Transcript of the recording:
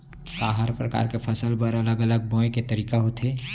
का हर प्रकार के फसल बर अलग अलग बोये के तरीका होथे?